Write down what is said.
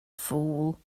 fool